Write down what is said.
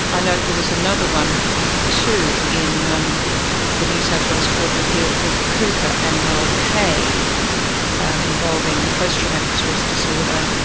i note there was another one too in um the new south wales court of appeal called cooper and mulcahy involving post-traumatic stress disorder.